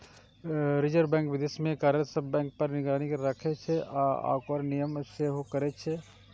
reserve bank देश मे कार्यरत सब बैंक पर निगरानी राखै छै आ ओकर नियमन सेहो करै छै